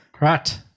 Right